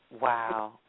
Wow